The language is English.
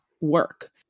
work